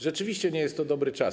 Rzeczywiście nie jest to dobry czas.